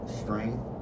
strength